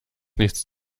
nichts